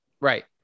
Right